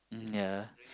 mm yeah